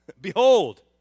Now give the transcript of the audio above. behold